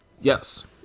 Yes